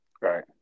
Right